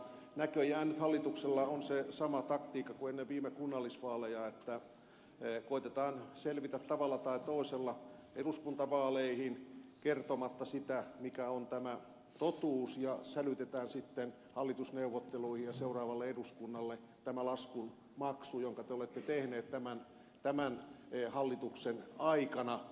näköjään nyt hallituksella on se sama taktiikka kuin ennen viime kunnallisvaaleja että koetetaan selvitä tavalla tai toisella eduskuntavaaleihin kertomatta sitä mikä on tämä totuus ja sälytetään sitten hallitusneuvotteluihin ja seuraavalle eduskunnalle tämä laskun maksu jonka te olette tehneet tämän hallituksen aikana